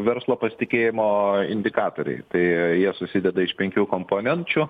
verslo pasitikėjimo indikatoriai tai jie susideda iš penkių komponenčių